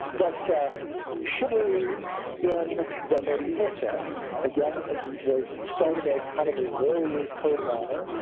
that yeah chivalry in the medieval sense again as was started as kind of a warriors code of honor,